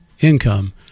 income